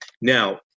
Now